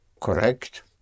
correct